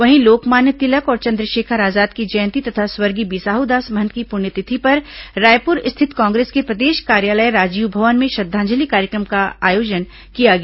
वहीं लोकमान्य तिलक और चन्द्रशेखर आजाद की जयंती तथा स्वर्गीय बिसाडू दास महंत की पुण्यतिथि पर रायपुर स्थित कांग्रेस के प्रदेश कार्यालय राजीव भवन में श्रद्वांजलि कार्यक्रम का आयोजन किया गया